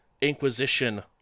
Inquisition